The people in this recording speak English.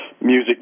music